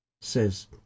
says